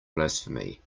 blasphemy